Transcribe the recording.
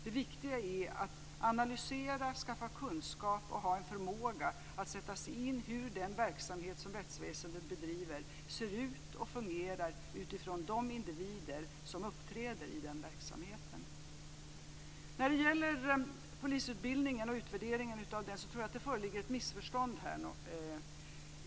Det viktiga är att analysera, skaffa kunskap och ha en förmåga att sätta sig in i hur den verksamhet som rättsväsendet bedriver ser ut och fungerar utifrån de individer som uppträder i den verksamheten. När det gäller utvärderingen av polisutbildningen tror jag att det föreligger ett missförstånd.